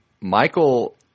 Michael